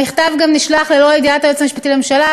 המכתב גם נשלח ללא ידיעת היועץ המשפטי לממשלה,